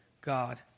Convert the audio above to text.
God